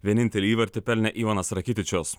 vienintelį įvartį pelnė ivanas rakitičius